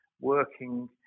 working